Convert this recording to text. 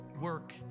work